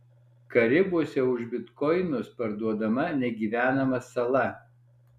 karibuose už bitkoinus parduodama negyvenama sala